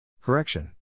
Correction